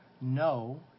No